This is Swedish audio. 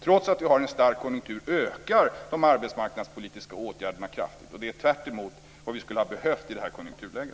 Trots att vi har en stark konjunktur ökar de arbetsmarknadspolitiska åtgärderna kraftigt. Det är tvärtemot vad vi skulle ha behövt i detta konjunkturläge.